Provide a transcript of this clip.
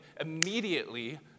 immediately